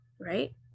right